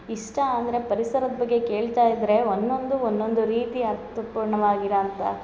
ಇಷ್ಟ ಅಂದರೆ ಪರಿಸರದ ಬಗ್ಗೆ ಕೇಳ್ತಾ ಇದ್ದರೆ ಒಂದೊಂದು ಒಂದೊಂದು ರೀತಿಯ ಅರ್ಥ ಪೂರ್ಣವಾಗಿರೋ ಅಂತ